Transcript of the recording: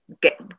get